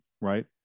right